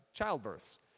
childbirths